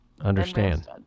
Understand